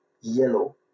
yellow